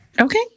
Okay